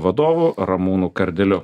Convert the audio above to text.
vadovu ramūnu kardeliu